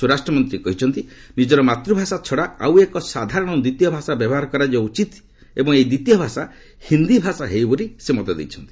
ସ୍ୱରାଷ୍ଟ୍ର ମନ୍ତ୍ରୀ କହିଛନ୍ତି ନିଜର ମାତୃଭାଷା ଛଡ଼ା ଆଉ ଏକ ସାଧାରଣ ଦ୍ୱିତୀୟ ଭାଷା ବ୍ୟବହାର କରାଯିବା ଉଚିତ ଏବଂ ଏହି ଦ୍ୱିତୀୟ ଭାଷା ହିନ୍ଦୀ ଭାଷା ହେଉ ବୋଲି ସେ ମତ ଦେଇଛନ୍ତି